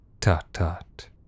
Tut-tut